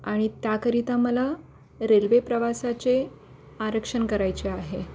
आणि त्याकरिता मला रेल्वे प्रवासाचे आरक्षण करायचे आहे